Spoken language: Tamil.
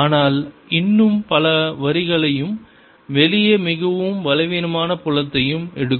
ஆனால் இன்னும் பல வரிகளையும் வெளியே மிகவும் பலவீனமான புலத்தையும் எடுக்கும்